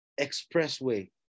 Expressway